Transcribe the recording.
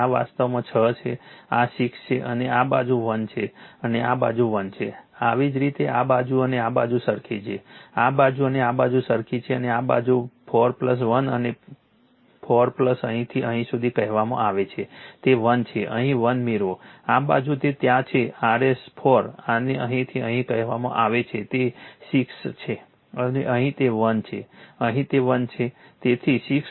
આ વાસ્તવમાં 6 છે આ 6 છે અને આ બાજુ 1 છે અને આ બાજુ 1 છે આવી જ રીતે આ બાજુ અને આ બાજુ સરખી છે આ બાજુ અને આ બાજુ સરખી છે અને આ બાજુ 4 1 અને 4 અહીંથી અહીં સુધી કહેવામાં આવે છે તે 1 છે અહીં 1 મેળવો આ બાજુ તે ત્યાં છે RS 4 આને અહીંથી અહીં કહેવામાં આવે છે તે 6 છે અને અહીં તે 1 છે અહીં તે 1 છે